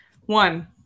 one